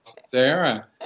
Sarah